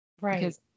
Right